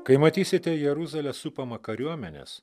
kai matysite jeruzalę supamą kariuomenės